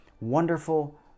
wonderful